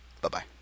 Bye-bye